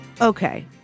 Okay